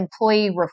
employee